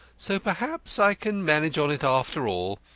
so perhaps i can manage on it after all.